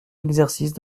l’exercice